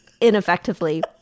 ineffectively